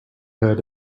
heard